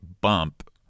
bump